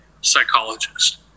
psychologist